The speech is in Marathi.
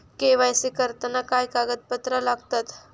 के.वाय.सी करताना काय कागदपत्रा लागतत?